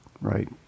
Right